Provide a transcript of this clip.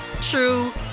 true